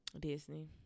Disney